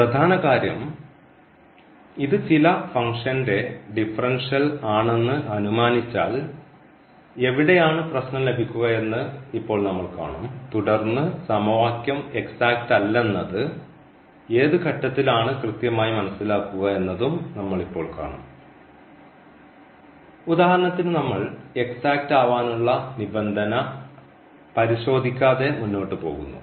പ്രധാന കാര്യം ഇത് ചില ഫംഗ്ഷന്റെ ഡിഫറൻഷ്യൽ ആണെന്ന് അനുമാനിച്ചാൽ എവിടെയാണ് പ്രശ്നം ലഭിക്കുകയെന്ന് ഇപ്പോൾ നമ്മൾ കാണും തുടർന്ന് സമവാക്യം എക്സാക്റ്റ് അല്ലെന്നത് ഏത് ഘട്ടത്തിലാണ് കൃത്യമായി മനസ്സിലാക്കുക എന്നതും നമ്മൾ ഇപ്പോൾ കാണും ഉദാഹരണത്തിന് നമ്മൾ എക്സാക്റ്റ് ആവാനുള്ള നിബന്ധന പരിശോധിക്കാതെ മുന്നോട്ടുപോകുന്നു